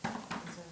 בשעה